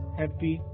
happy